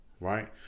right